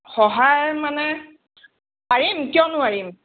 সহায় মানে পাৰিম কিয় নোৱাৰিম